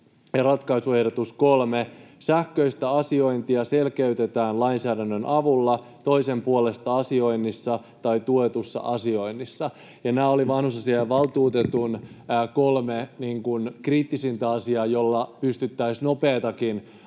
ratkaisuehdotus kolme: sähköistä asiointia selkeytetään lainsäädännön avulla toisen puolesta asioinnissa tai tuetussa asioinnissa. Nämä olivat vanhusasiainvaltuutetun kolme kriittisintä asiaa, joilla pystyttäisiin nopeastikin